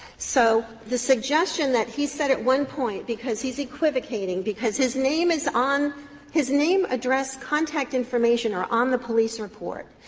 so the suggestion that he said at one point, because he is equivocating, because his name is on his name, name, address, contact information are on the police report.